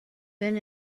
been